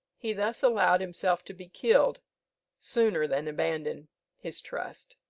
he thus allowed himself to be killed sooner than abandon his trust.